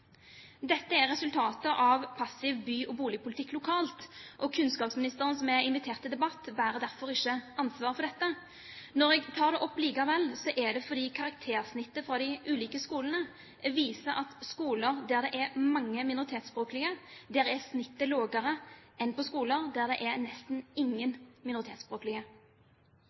Dette er resultatet av passiv by- og boligpolitikk lokalt, og kunnskapsministeren, som er invitert til debatt, bærer derfor ikke ansvar for dette. Når jeg likevel tar det opp, er det fordi karaktersnittet fra de ulike skolene viser at på skoler der det er mange minoritetsspråklige, er snittet lavere enn på skoler der det er nesten ingen minoritetsspråklige.